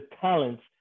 talents